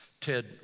Ted